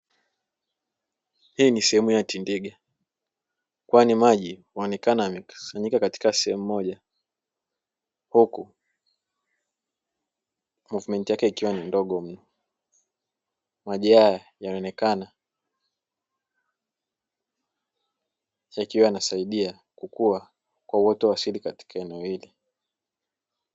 Hii ni sehemu ya tindiga kwani maji huokekana yamekusanyika katika sehemu moja huku "muvumenti" yake ikiwa ni ndogo mno. Maji haya yanaonekana yakiwa yanasaidia kukua kwa uoto wa asili katika eneo hili.